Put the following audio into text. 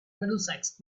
middlesex